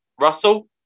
Russell